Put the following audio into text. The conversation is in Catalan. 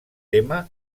tema